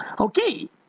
Okay